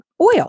oil